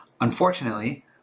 unfortunately